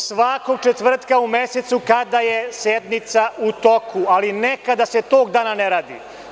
Svakog četvrtka u mesecu kada je sednica u toku, ali ne kada se tog dana ne radi.